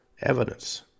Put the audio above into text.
evidence